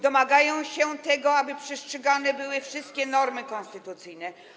Domagają się tego, aby przestrzegane były wszystkie normy konstytucyjne.